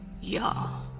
Y'all